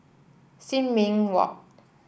Sin Ming Walk